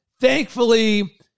thankfully